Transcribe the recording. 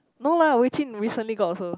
no lah Wei-jun recently got also